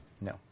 no